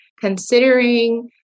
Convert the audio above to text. considering